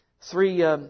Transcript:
three